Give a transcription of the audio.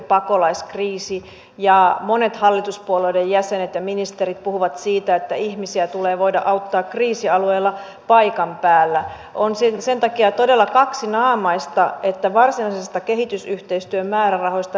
lyhyellä tähtäyksellä tämä ei ole iso ongelma johtuen siitä että pohjoismainen sähkömarkkina toimii ja sähkönhinta on alhainen kaikkialla euroopassa myös pohjoismaissa mutta emme voi tuudittautua pitkän päälle sen varaan